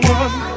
one